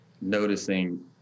noticing